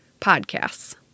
podcasts